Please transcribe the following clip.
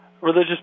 religious